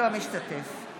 משתתף